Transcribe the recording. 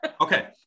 okay